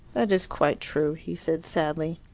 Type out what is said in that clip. that is quite true, he said sadly.